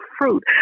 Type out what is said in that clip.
fruit